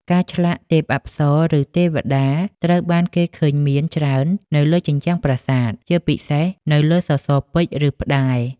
ការឆ្លាក់ ទេពអប្សរ ឬ ទេវតា ត្រូវបានគេឃើញមានច្រើននៅលើជញ្ជាំងប្រាសាទ ជាពិសេសនៅលើសសរពេជ្រ ឬផ្តែរ។